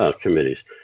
committees